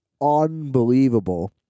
unbelievable